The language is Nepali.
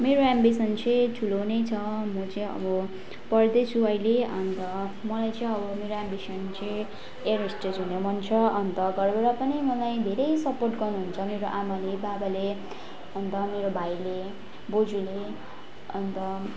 मेरो एम्बिसन चाहिँ ठुलो नै छ म चाहिँ अब पढदैछु अहिले अन्त मलाई चाहिँ अब मेरो एम्बिसन चाहिँ एयर होस्टेज हुने मन छ अन्त घरबाट पनि मलाई धेरै सपोर्ट गर्नुहुन्छ मेरो आमाले बाबाले अन्त मेरो भाइले बोजूले अन्त